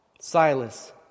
Silas